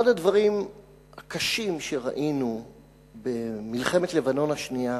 אחד הדברים הקשים שראינו במלחמת לבנון השנייה